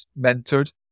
mentored